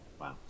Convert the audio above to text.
wow